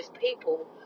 people